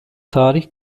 tarih